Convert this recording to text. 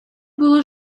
було